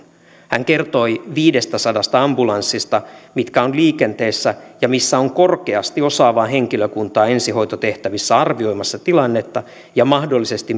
hän kertoi viidestäsadasta ambulanssista mitkä ovat liikenteessä ja missä on korkeasti osaavaa henkilökuntaa ensihoitotehtävissä arvioimassa tilannetta ja mahdollisesti